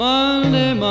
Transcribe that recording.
Monday